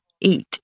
eat